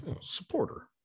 supporter